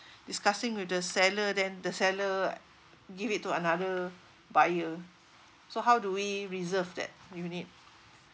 discussing with the seller then the seller give it to another buyer so how do we reserve that if we need